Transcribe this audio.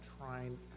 trying